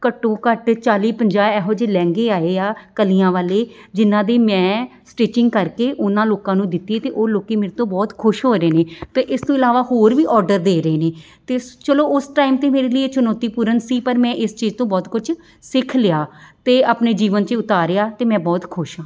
ਘੱਟੋ ਘੱਟ ਚਾਲ੍ਹੀ ਪੰਜਾਹ ਇਹੋ ਜਿਹੇ ਲਹਿੰਗੇ ਆਏ ਆ ਕਲੀਆਂ ਵਾਲੇ ਜਿਹਨਾਂ ਦੀ ਮੈਂ ਸਟਿਚਿੰਗ ਕਰਕੇ ਉਹਨਾਂ ਲੋਕਾਂ ਨੂੰ ਦਿੱਤੀ ਅਤੇ ਉਹ ਲੋਕ ਮੇਰੇ ਤੋਂ ਬਹੁਤ ਖੁਸ਼ ਹੋ ਰਹੇ ਨੇ ਅਤੇ ਇਸ ਤੋਂ ਇਲਾਵਾ ਹੋਰ ਵੀ ਔਡਰ ਦੇ ਰਹੇ ਨੇ ਅਤੇ ਸ ਚਲੋ ਉਸ ਟਾਈਮ 'ਤੇ ਮੇਰੇ ਲਈ ਇਹ ਚੁਣੌਤੀਪੂਰਨ ਸੀ ਪਰ ਮੈਂ ਇਸ ਚੀਜ਼ ਤੋਂ ਬਹੁਤ ਕੁਛ ਸਿੱਖ ਲਿਆ ਅਤੇ ਆਪਣੇ ਜੀਵਨ 'ਚ ਉਤਾਰਿਆ ਅਤੇ ਮੈਂ ਬਹੁਤ ਖੁਸ਼ ਹਾਂ